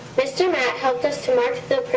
mr. matt helped us to mark the